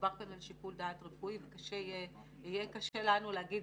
מדובר כאן על שיקול דעת רפואי ויהיה קשה לנו להגיד,